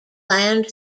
land